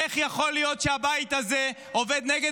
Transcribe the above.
איך יכול להיות שהבית הזה עובד נגד